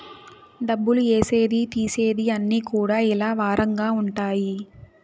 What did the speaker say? డబ్బులు ఏసేది తీసేది అన్ని కూడా ఇలా వారంగా ఉంటాయి